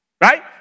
right